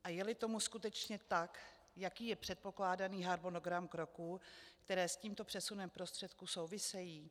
A jeli tomu skutečně tak, jaký je předpokládaný harmonogram kroků, které s tímto přesunem prostředků souvisí?